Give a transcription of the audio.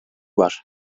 var